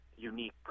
Unique